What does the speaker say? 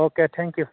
अके thank you